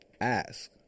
Ask